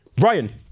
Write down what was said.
Ryan